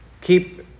Keep